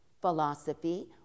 philosophy